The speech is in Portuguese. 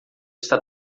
está